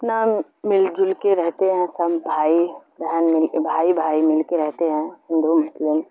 اپنا مل جل کے رہتے ہیں سب بھائی بہن بھائی بھائی مل کے رہتے ہیں ہندو مسلم